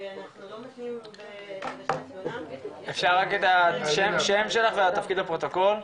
ואנחנו --- אפשר בבקשה רק את השם שלך ואת התפקיד לפרוטוקול.